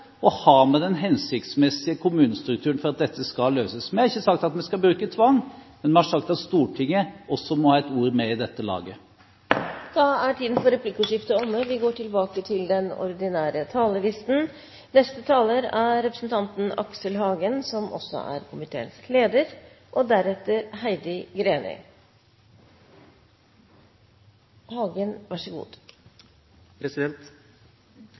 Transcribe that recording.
den hensiktsmessige kommunestrukturen for at disse kan løses? Vi har ikke sagt at vi skal bruke tvang, men vi har sagt at Stortinget også må ha et ord med i laget. Replikkordskiftet er omme. Dette er en svært solid kommuneproposisjon. Det er en uomtvistelig realvekst som ligger i denne proposisjonen. Vi merker jo at faktadebatten foregår også